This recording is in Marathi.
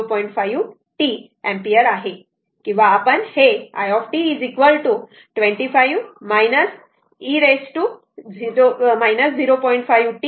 5t एम्पिअर आहे किंवा आपण हे it 25 e 0